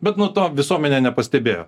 bet na to visuomenė nepastebėjo